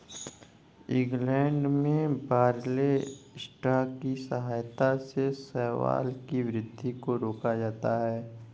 England में barley straw की सहायता से शैवाल की वृद्धि को रोका जाता है